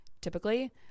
typically